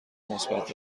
مثبت